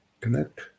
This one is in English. Connect